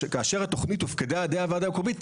כאשר התוכנית הופקדה בידי הוועדה המקומית,